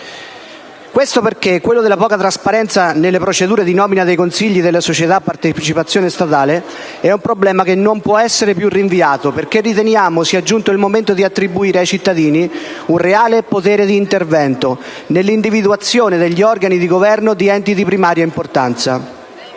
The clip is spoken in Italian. caso di ENI. Quello della poca trasparenza delle procedure di nomina dei consigli delle società a partecipazione statale è un problema che non può più essere rinviato, perché riteniamo sia giunto il momento di attribuire ai cittadini un reale potere di intervento nell'individuazione degli organi di governo di enti di primaria importanza.